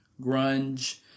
grunge